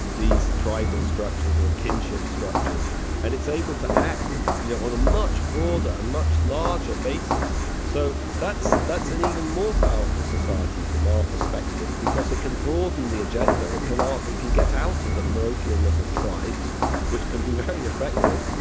these tribal structures or kinship structures and it's able to act you know on a much broader and much larger basis. so that's that's an even more powerful society from our perspective because it can broaden the agenda it cannot. it can get out of the parochial oddness of tribes which can be very effective.